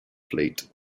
fleet